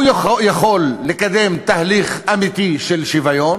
הוא יכול לקדם תהליך אמיתי של שוויון